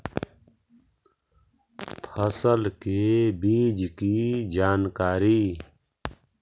फसल के बीज की जानकारी?